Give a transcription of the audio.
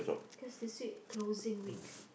cause this week closing week